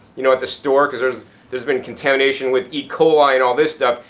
you know, at the store, because there has there has been contamination with e coli and all this stuff.